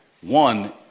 one